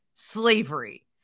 Slavery